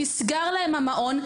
נסגר להם המעון,